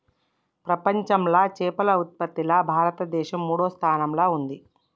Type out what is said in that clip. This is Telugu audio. ప్రపంచంలా చేపల ఉత్పత్తిలా భారతదేశం మూడో స్థానంలా ఉంది